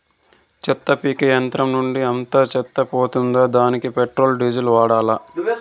చెత్త పీకే యంత్రం నుండి అంతా చెత్త పోతుందా? దానికీ పెట్రోల్, డీజిల్ వాడాలా?